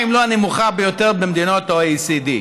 מהנמוכות, אם לא הנמוכה ביותר, במדינות ה-OECD.